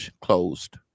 closed